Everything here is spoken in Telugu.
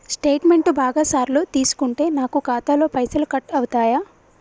స్టేట్మెంటు బాగా సార్లు తీసుకుంటే నాకు ఖాతాలో పైసలు కట్ అవుతయా?